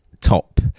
top